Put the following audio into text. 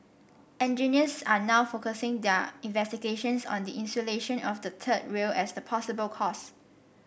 engineers are now focusing their investigations on the insulation of the third rail as the possible cause